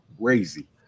crazy